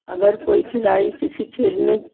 اگر کوئی کھلاڑی کسی کھیل میں